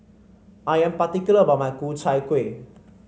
I am particular about my Ku Chai Kueh